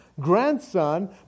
grandson